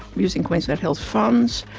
using queensland health funds,